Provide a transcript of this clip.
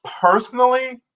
personally